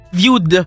viewed